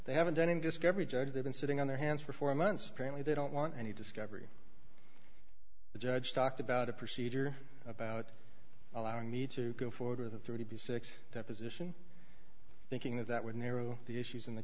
they haven't done in discovery judge they've been sitting on their hands for four months apparently they don't want any discovery the judge talked about a procedure about allowing me to go forward with a thirty six deposition thinking of that wooden arrow the issues in the